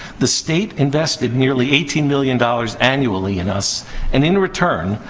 the state invested nearly eighteen million dollars annually in us and, in return,